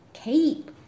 cape